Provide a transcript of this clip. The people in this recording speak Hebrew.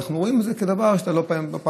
אנחנו רואים את זה כדבר שלא פעם,